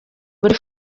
buri